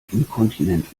inkontinent